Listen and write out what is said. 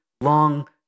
long